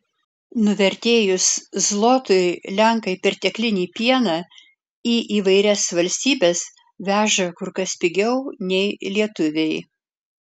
nuvertėjus zlotui lenkai perteklinį pieną į įvairias valstybes veža kur kas pigiau nei lietuviai